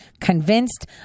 convinced